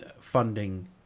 funding